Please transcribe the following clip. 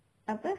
apa